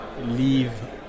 leave